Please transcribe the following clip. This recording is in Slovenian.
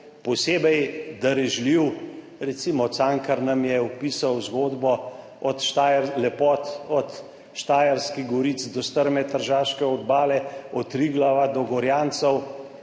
posebej darežljiv, recimo Cankar nam je opisal zgodbo lepot od Štajerskih goric do strme Tržaške obale, od Triglava do Gorjancev